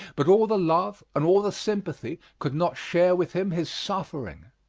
but all the love and all the sympathy could not share with him his suffering.